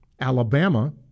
Alabama